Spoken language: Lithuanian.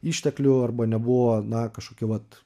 išteklių arba nebuvo na kažkokių vat